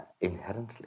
inherently